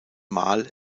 mal